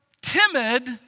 timid